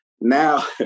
Now